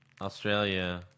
Australia